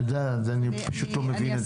אני פשוט לא מבין את